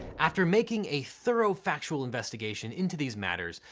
after making a thorough factual investigation into these matters,